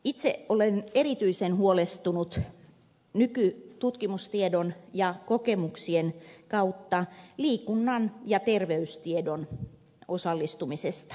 itse olen erityisen huolestunut nykytutkimustiedon ja kokemuksien kautta liikunnan ja ter veystiedon oppitunneille osallistumisesta